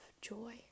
joy